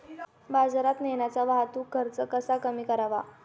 बाजारात नेण्याचा वाहतूक खर्च कसा कमी करावा?